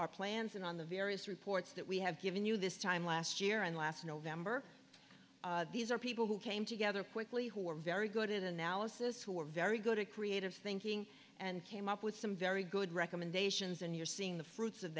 our plans and on the various reports that we have given you this time last year and last november these are people who came together quickly who were very good at analysis who were very good at creative thinking and came up with some very good recommendations and you're seeing the fruits of